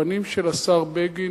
הבנים של השר בגין,